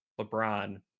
lebron